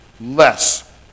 less